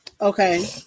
Okay